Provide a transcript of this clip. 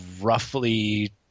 roughly